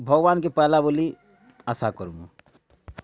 ଭଗବାନ୍କେ ପାଇଲା ବୋଲି ଆଶା କରମୁଁ